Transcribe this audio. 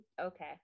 okay